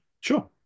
Sure